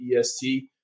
EST